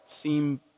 seem